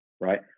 Right